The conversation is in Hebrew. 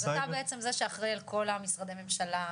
אז אתה בעצם זה שאחראי על כל המשרדי הממשלה,